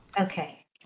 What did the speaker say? Okay